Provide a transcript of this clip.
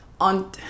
on